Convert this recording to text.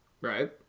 Right